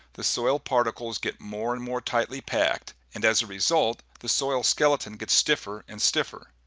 the soil particles get more and more tightly packed and as a result, the soil skeleton gets stiffer and stiffer.